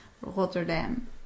Rotterdam